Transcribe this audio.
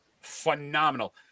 Phenomenal